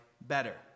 better